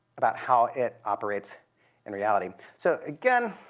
about how it operates in reality. so again,